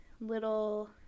little